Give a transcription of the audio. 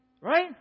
right